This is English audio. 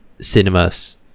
cinemas